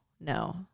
No